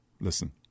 listen